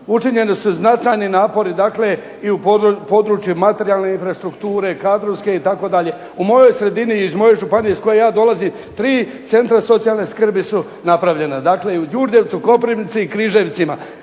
Učinjeni su značajni napori dakle i u području materijalne infrastrukture, kadrovske itd. U mojoj sredini, iz moje županije iz koje ja dolazim tri centra socijalne skrbi su napravljena, dakle i u Đurđevcu, Koprivnici i Križevci